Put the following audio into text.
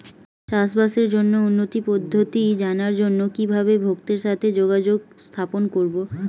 চাষবাসের জন্য উন্নতি পদ্ধতি জানার জন্য কিভাবে ভক্তের সাথে যোগাযোগ স্থাপন করব?